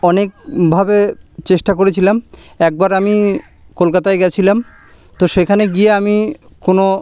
অনেকভাবে চেষ্টা করেছিলাম একবার আমি কলকাতায় গেছিলাম তো সেখানে গিয়ে আমি কোনো